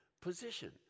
position